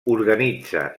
organitza